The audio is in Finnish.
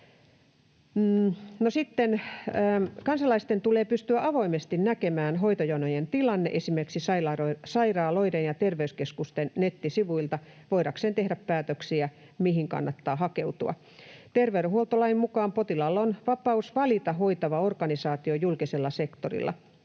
Kansalaisten tulee pystyä avoimesti näkemään hoitojonojen tilanne esimerkiksi sairaaloiden ja terveyskeskusten nettisivuilta voidakseen tehdä päätöksiä, mihin kannattaa hakeutua. Terveydenhuoltolain mukaan potilaalla on vapaus valita hoitava organisaatio julkisella sektorilla.